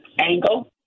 angle